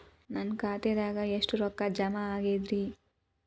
ನನ್ನ ಖಾತೆದಾಗ ಎಷ್ಟ ರೊಕ್ಕಾ ಜಮಾ ಆಗೇದ್ರಿ?